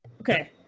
Okay